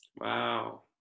Wow